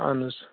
اَہَن حظ